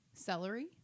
Celery